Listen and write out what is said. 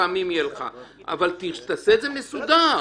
תעשה את זה מסודר.